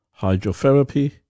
hydrotherapy